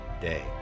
day